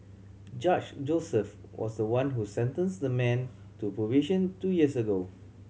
Judge Joseph was the one who sentenced the man to probation two years ago